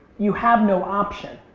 you have no option.